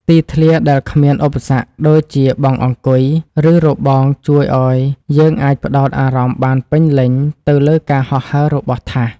ទីធ្លាដែលគ្មានឧបសគ្គដូចជាបង់អង្គុយ ឬរបងជួយឱ្យយើងអាចផ្ដោតអារម្មណ៍បានពេញលេញទៅលើការហោះហើររបស់ថាស។